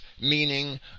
meaning